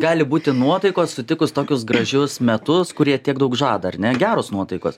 gali būti nuotaikos sutikus tokius gražius metus kurie tiek daug žada ar ne geros nuotaikos